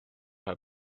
her